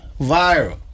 Viral